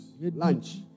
lunch